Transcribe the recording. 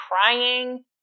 crying